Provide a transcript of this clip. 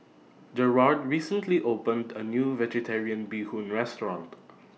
Gerard recently opened A New Vegetarian Bee Hoon Restaurant